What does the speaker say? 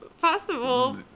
possible